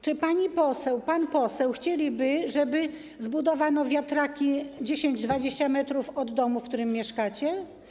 Czy pani poseł, pan poseł chcieliby, żeby zbudowano wiatraki 10-20 m od domu, w którym mieszkacie?